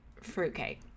Fruitcake